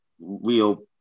real